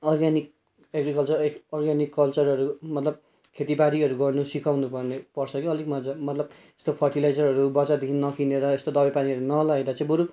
organic agriculture ए organic कल्चरहरू मतलब खेतीबारीहरू गर्नु सिकाउनु पर्ने पर्छ कि अलिक मजा मतलब यस्तो फर्टिलाइजरहरू बजारदेखि नकिनेर यस्तो दबाई पानीहरू नलगाएर पछि बरु